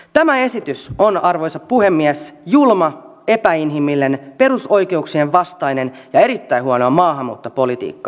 tämä esitys on arvoisa puhemies julma epäinhimillinen perusoikeuksien vastainen ja erittäin huonoa maahanmuuttopolitiikkaa